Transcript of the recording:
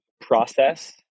process